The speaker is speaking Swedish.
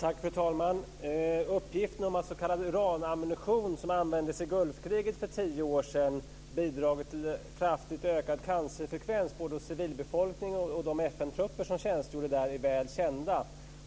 Fru talman! Uppgifterna om att s.k. uranammunition som användes i Gulfkriget för tio år sedan bidragit till en kraftigt ökad cancerfrekvens både hos civilbefolkning och hos de FN-trupper som tjänstgjorde där är väl kända.